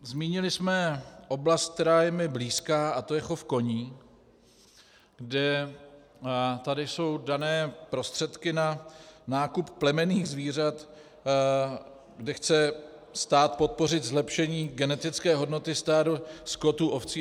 Zmínili jsme oblast, která je mi blízká, a to je chov koní, kde tady jsou dané prostředky na nákup plemenných zvířat, kde chce stát podpořit zlepšení genetické hodnoty stád skotu, ovcí a koz.